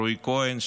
רועי כהן,